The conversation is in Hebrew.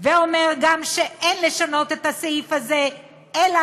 ואומר גם שאין לשנות את הסעיף הזה אלא